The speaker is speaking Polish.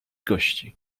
gości